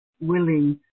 willing